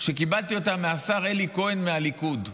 שקיבלתי אותה מהשר אלי כהן מהליכוד.